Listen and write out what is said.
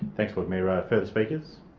thanks, lord mayor. further speakers?